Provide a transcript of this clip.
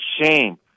shame